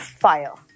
fire